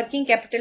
bank